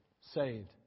saved